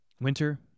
Winter